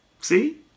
See